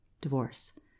divorce